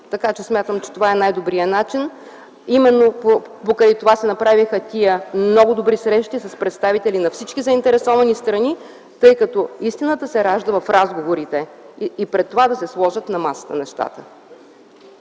крием. Смятам това за най-добрия начин. Именно покрай това се направиха много добри срещи с представители на всички заинтересовани страни, тъй като истината се ражда в разговорите и когато нещата се сложат на масата.